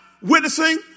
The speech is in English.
Witnessing